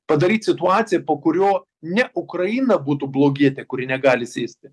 padaryt situaciją po kurio ne ukraina būtų blogietė kuri negali sėsti